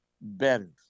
better